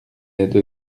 aide